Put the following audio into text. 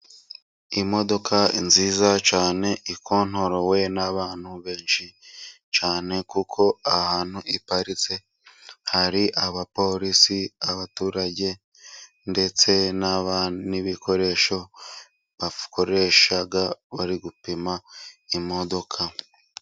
Imodoka nziza cyane ikontorowe n'abantu benshi cyane kuko ahantu iparitse hari abapolisi, abaturage, ndetse n'ibikoresho bakoresha bari gupima imodoka.